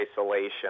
isolation